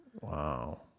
Wow